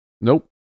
Nope